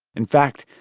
in fact,